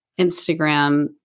Instagram